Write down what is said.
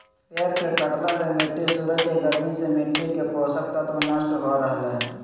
पेड़ के कटला से मिट्टी सूरज के गर्मी से मिट्टी के पोषक तत्व नष्ट हो रहल हई